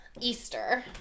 Easter